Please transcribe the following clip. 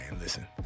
listen